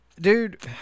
Dude